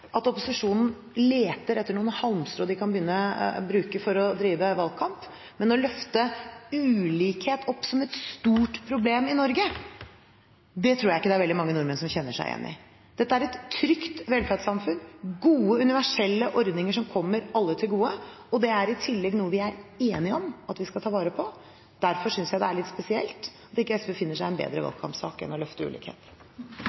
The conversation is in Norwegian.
at opposisjonen leter etter noen halmstrå de kan bruke for å drive valgkamp. Men å løfte ulikhet opp som et stort problem i Norge, det tror jeg ikke veldig mange nordmenn kjenner seg igjen i. Dette er et trygt velferdssamfunn med gode, universelle ordninger som kommer alle til gode, og det er i tillegg noe vi er enige om at vi skal ta vare på. Derfor synes jeg det er litt spesielt at SV ikke finner seg en bedre